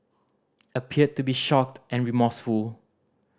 appeared to be shocked and remorseful